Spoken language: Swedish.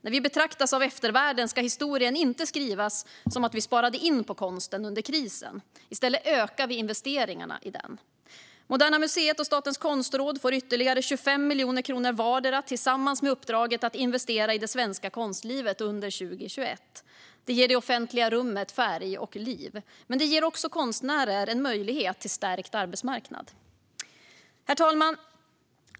När vi betraktas av eftervärlden ska historien inte skrivas som att vi sparade in på konsten under krisen. I stället ökar vi investeringarna i den. Moderna museet och Statens konstråd får ytterligare 25 miljoner kronor vardera, tillsammans med uppdraget att investera i det svenska konstlivet under 2021. Detta ger det offentliga rummet färg och liv. Men det ger också konstnärer en möjlighet till stärkt arbetsmarknad. Herr talman!